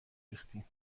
ریختین